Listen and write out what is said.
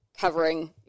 covering